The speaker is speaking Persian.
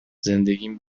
زندگیم